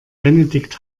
benedikt